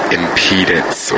impedance